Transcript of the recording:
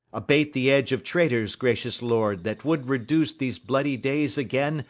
abate the edge of traitors, gracious lord, that would reduce these bloody days again,